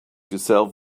yourself